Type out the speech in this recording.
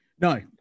No